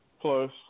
plus